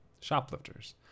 Shoplifters